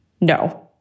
no